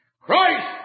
Christ